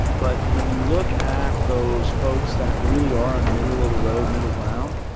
but when you look at those folks that really are a middle-of-the-road middle ground,